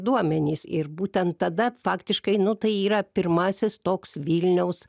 duomenys ir būtent tada faktiškai nu tai yra pirmasis toks vilniaus